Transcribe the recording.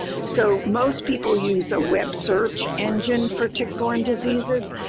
so, most people use ah web search engine for tick-borne diseases.